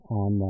on